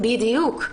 בדיוק.